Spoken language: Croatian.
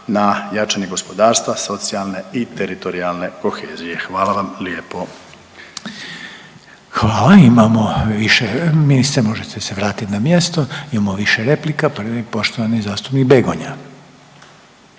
na jačanje gospodarstva, socijalne i teritorijalne kohezije. Hvala vam lijepo. **Reiner, Željko (HDZ)** Hvala. Imamo više, ministre možete se vratiti na mjesto. Imamo više replika. Prvi je poštovani zastupnik Begonja.